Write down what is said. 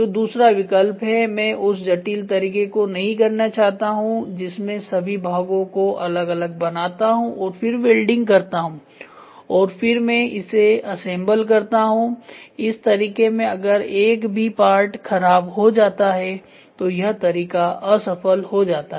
जो दूसरा विकल्प है मैं उस जटिल तरीके को नहीं करना चाहता हूंजिसमें सभी भागों को अलग अलग बनाता हूं और फिर वेल्डिंग करता हूं और फिर मैं इसे असेंबल करता हूं इस तरीके में अगर एक भी पार्ट खराब हो जाता है तो यह तरीका असफल हो जाता है